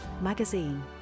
magazine